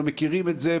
אנחנו מכירים את זה,